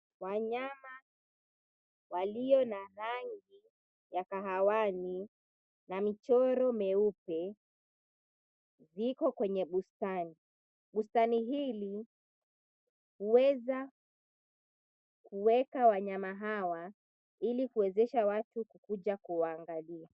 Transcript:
Wanyama walio na rangi ya kahawani, na michoro meupe, iko kwenye bustani. Bustani hili huweza kuweka wanyama hawa, ili kuwezesha watu kukuja kuwaangalia.